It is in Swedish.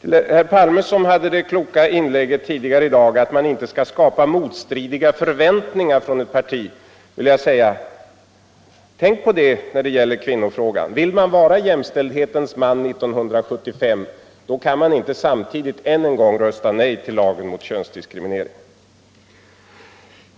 Till herr Palme, som tidigare i dag gjorde det kloka uttalandet att man inte skall skapa motstridiga förväntningar på ett parti, vill jag säga: Tänk på det när det gäller kvinnofrågan! Vill man vara jämställdhetens man 1975, kan man inte samtidigt ännu en gång rösta nej till lagen mot könsdiskriminering.